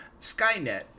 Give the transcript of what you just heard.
Skynet